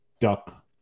duck